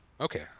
Okay